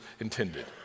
intended